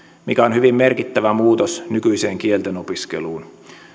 mikä on hyvin merkittävä muutos nykyiseen kieltenopiskeluun